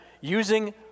using